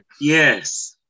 Yes